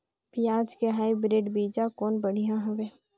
पियाज के हाईब्रिड बीजा कौन बढ़िया हवय?